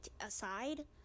aside